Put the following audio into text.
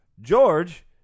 George